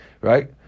right